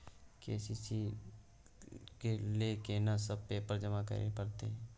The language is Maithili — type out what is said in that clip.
के.सी.सी ल केना सब पेपर जमा करै परतै?